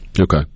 Okay